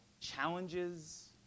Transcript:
challenges